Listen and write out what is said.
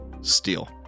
Steel